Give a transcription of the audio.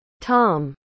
Tom